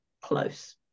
close